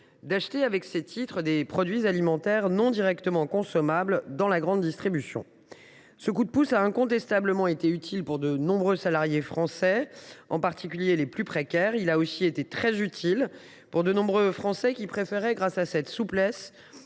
d’autoriser l’achat de produits alimentaires non directement consommables dans la grande distribution. Ce coup de pouce a incontestablement été bénéfique pour de nombreux salariés français, en particulier les plus précaires. Il a été utile aussi pour de nombreux Français qui ont préféré, grâce à cette souplesse,